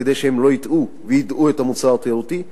כדי שהם לא יטעו וידעו את המוצר התיירותי.